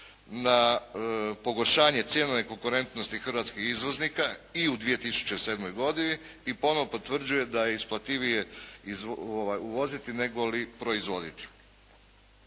na pogoršanje cijene konkurentnosti hrvatskih izvoznika i u 2007. godini i ponovo potvrđuje da je isplativije uvoziti nego li proizvoditi.